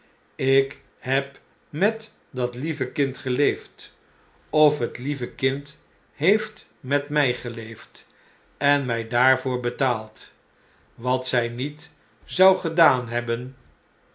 ik heb met het lieve kind geleefd of het lieve kind heeft met mij geleefd en mij daarvoor betaald wat zij niet zou gedaan hebben